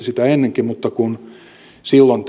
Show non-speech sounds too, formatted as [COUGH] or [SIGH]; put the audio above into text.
[UNINTELLIGIBLE] sitä ennenkin mutta kun silloin [UNINTELLIGIBLE]